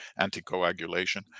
anticoagulation